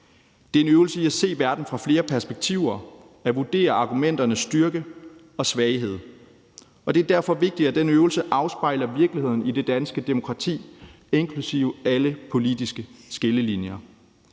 Det er en øvelse i at se verden fra flere perspektiver, at vurdere argumenternes styrke og svaghed, og det er derfor vigtigt, at den øvelse afspejler virkeligheden i det danske demokrati, inklusive alle politiske skillelinjer.